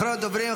אחרון הדוברים,